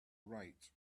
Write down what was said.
write